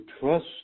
trust